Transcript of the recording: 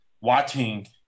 watching